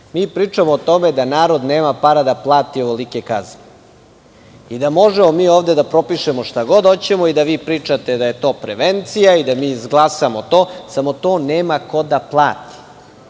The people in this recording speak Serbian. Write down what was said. Pričamo o tome da narod nema para da plati ovolike kazne. Možemo mi ovde da propišemo šta god hoćemo, da vi pričate da je to prevencija, da mi to izglasamo, ali to nema ko da plati.